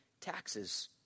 taxes